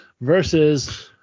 versus